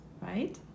right